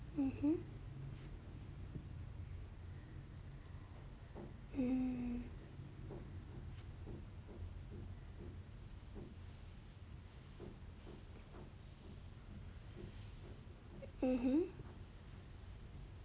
mmhmm hmm mmhmm